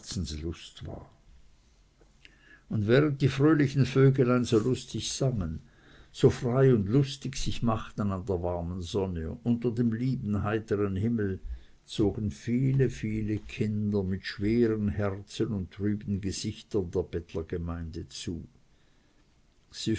herzenslust war und während die fröhlichen vögelein so lustig sangen so frei sich lustig machten an der warmen sonne unter dem lieben heitern himmel zogen viele viele kinder mit schwerem herzen und trüben gesichtern der bettlergemeinde zu sie